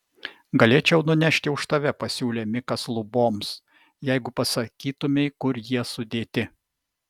galėčiau nunešti už tave pasiūlė mikas luboms jeigu pasakytumei kur jie sudėti